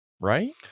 Right